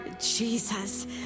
Jesus